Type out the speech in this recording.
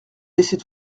laisser